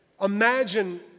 imagine